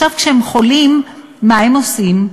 כשהם חולים, מה הם עושים?